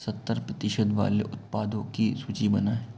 सत्तर प्रतिशत वाले उत्पादों की सूची बनाएँ